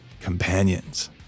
companions